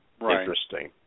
interesting